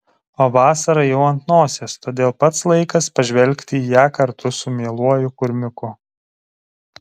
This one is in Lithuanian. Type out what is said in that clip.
o vasara jau ant nosies todėl pats laikas pažvelgti į ją kartu su mieluoju kurmiuku